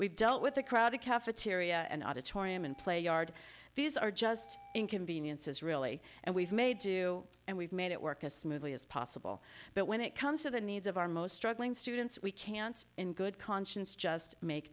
we've dealt with the crowd the cafeteria and auditorium and play yard these are just inconveniences really and we've made do and we've made it work as smoothly as possible but when it comes to the needs of our most struggling students we can't in good conscience just make